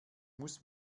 muss